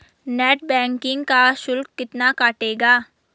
Net banking का शुल्क कितना कटेगा?